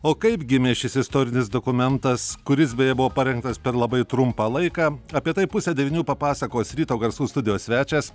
o kaip gimė šis istorinis dokumentas kuris beje buvo parengtas per labai trumpą laiką apie tai pusę devynių papasakos ryto garsų studijos svečias